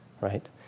right